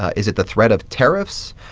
ah is it the threat of tariffs?